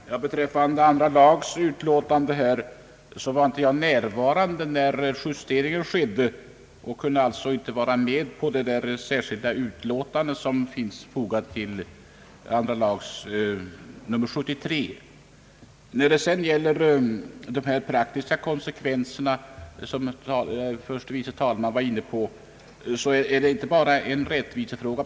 Herr talman! Beträffande andra lagutskottets utlåtande nr 73 vill jag framhålla, att jag inte var närvarande vid justeringen och alltså inte kunde underteckna det särskilda yttrande som finns fogat till utlåtandet. När det sedan gäller de praktiska konsekvenserna, vilka förste vice talmannen var inne på, vill jag betona att det inte bara är en rättvisefråga.